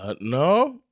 No